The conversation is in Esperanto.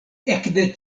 ekde